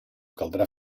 caldrà